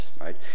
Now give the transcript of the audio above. right